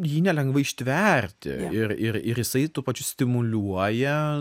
jį nelengva ištverti ir ir ir jisai tuo pačiu stimuliuoja